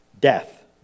death